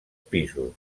pisos